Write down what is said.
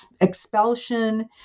expulsion